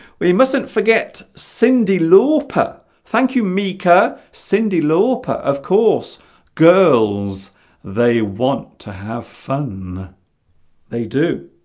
we mustn't forget cyndi lauper thank you mika cyndi lauper of course girls they want to have fun they do